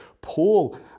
Paul